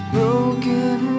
Broken